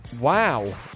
Wow